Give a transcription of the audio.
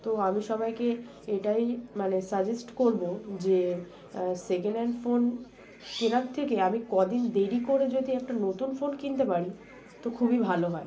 তো আমি সবাইকে এটাই মানে সাজেস্ট করব যে সেকেন্ড হ্যান্ড ফোন কেনার থেকে আমি কদিন দেরি করে যদি একটা নতুন ফোন কিনতে পারি তো খুবই ভালো হয়